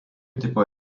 tipo